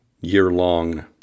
year-long